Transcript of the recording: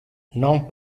non